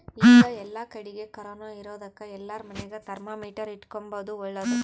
ಈಗ ಏಲ್ಲಕಡಿಗೆ ಕೊರೊನ ಇರೊದಕ ಎಲ್ಲಾರ ಮನೆಗ ಥರ್ಮಾಮೀಟರ್ ಇಟ್ಟುಕೊಂಬದು ಓಳ್ಳದು